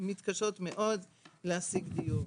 מתקשות מאוד להשיג דיור.